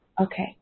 okay